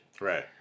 Right